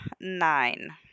nine